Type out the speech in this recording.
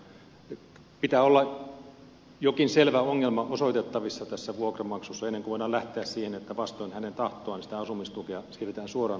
pitää olla jokin selvä ongelma osoitettavissa vuokranmaksussa ennen kuin voidaan lähteä siihen että vastoin hänen tahtoaan sitä asumistukea siirretään suoraan vuokranantajalle